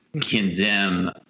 condemn